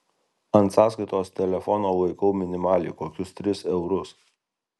ant sąskaitos telefono laikau minimaliai kokius tris eurus